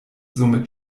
somit